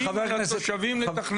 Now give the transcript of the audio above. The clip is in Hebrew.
הם לא ביקשו מהתושבים לתכנן.